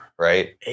Right